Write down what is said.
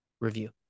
review